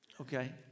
Okay